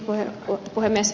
arvoisa puhemies